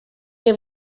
les